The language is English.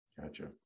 Gotcha